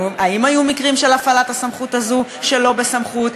האם היו מקרים של הפעלת הסמכות הזאת שלא בסמכות?